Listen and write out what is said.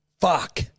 Fuck